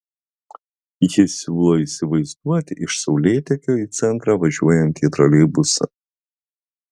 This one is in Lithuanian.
jis siūlo įsivaizduoti iš saulėtekio į centrą važiuojantį troleibusą